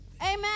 Amen